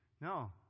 No